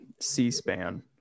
c-span